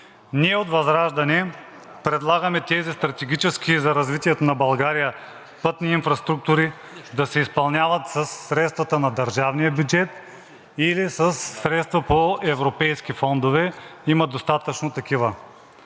Ние от ВЪЗРАЖДАНЕ предлагаме тези стратегически за развитието на България пътни инфраструктури да се изпълняват със средствата на държавния бюджет или със средства по европейски фондове – има достатъчно такива,